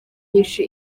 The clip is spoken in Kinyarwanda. nyinshi